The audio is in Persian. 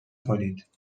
کنید